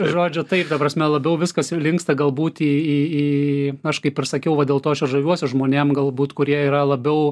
žodžiu taip ta prasme labiau viskas linksta galbūt į į į aš kaip ir sakiau va dėl to aš ir žaviuosi žmonėm galbūt kurie yra labiau